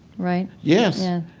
right? yes, yeah